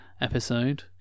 episode